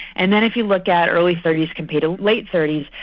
and then if you look at early thirty s compared to late thirty s,